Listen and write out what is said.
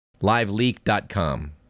LiveLeak.com